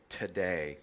today